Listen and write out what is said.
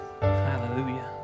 Hallelujah